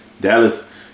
Dallas